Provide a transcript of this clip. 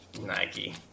Nike